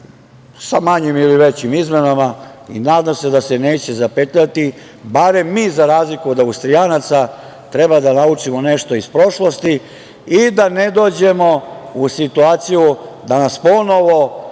sa manjim ili većim izmenama i nadam se da se neće zapetljati. Barem mi, za razliku od Austrijanaca, treba da naučimo nešto iz prošlosti i da ne dođemo u situaciju da nas ponovo